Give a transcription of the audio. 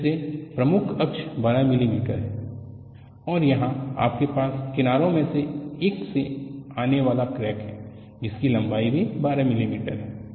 फिर से प्रमुख अक्ष 12 मिलीमीटर है और यहां आपके पास किनारों में से एक से आने वाला क्रैक है जिसकी लंबाई भी 12 मिलीमीटर है